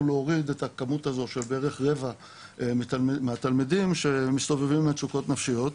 להוריד את הכמות הזו של בערך רבע מהתלמידים שמסתובבים עם מצוקות נפשית,